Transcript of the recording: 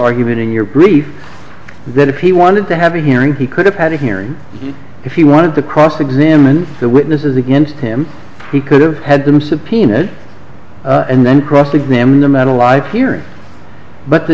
argument in your brief that if he wanted to have a hearing he could have had a hearing if he wanted to cross examine the witnesses against him he could have had them subpoenaed and then cross examine them at a lie period but t